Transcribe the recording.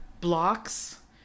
blocks